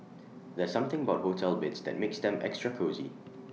there's something about hotel beds that makes them extra cosy